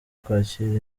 kwakira